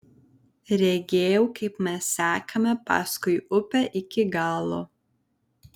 regėjau kaip mes sekame paskui upę iki galo